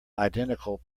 identical